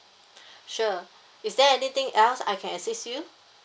sure is there anything else I can assist you